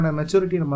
maturity